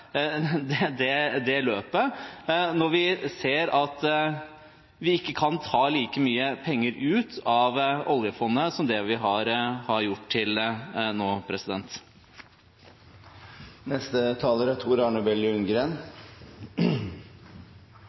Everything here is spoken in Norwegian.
holde det løpet fordi vi ser at vi ikke kan ta like mye penger ut av oljefondet som vi har gjort til nå.